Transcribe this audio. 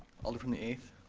alder from the eighth.